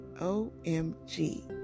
O-M-G